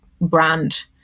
brand